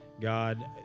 God